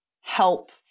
help